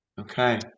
okay